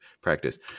practice